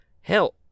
Hell